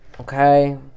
okay